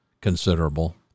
considerable